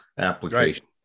application